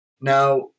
Now